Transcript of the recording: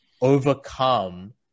overcome